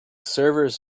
servers